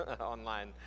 online